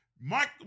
Mike